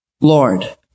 Lord